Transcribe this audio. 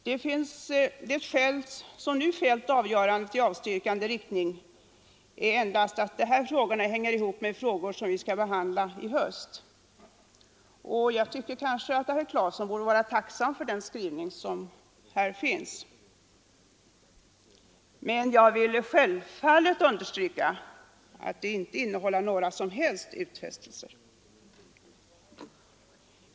Det som nu fällt avgörandet i avstyrkande riktning är endast att dessa frågor hänger ihop med dem som skall behandlas i höst. Kanske borde herr Claeson vara tacksam för den skrivning som gjorts, men jag vill självfallet understryka att den inte innehåller några som helst utfästelser.